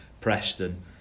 Preston